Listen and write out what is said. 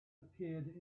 appeared